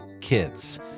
kids